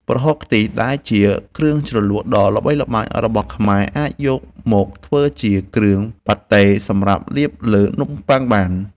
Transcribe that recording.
ប្រហុកខ្ទិះដែលជាគ្រឿងជ្រលក់ដ៏ល្បីល្បាញរបស់ខ្មែរអាចយកមកធ្វើជាគ្រឿងប៉ាតេសម្រាប់លាបលើនំប៉័ងបាន។